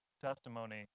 testimony